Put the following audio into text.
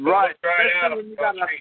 Right